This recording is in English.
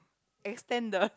extend the